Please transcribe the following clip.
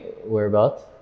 Whereabouts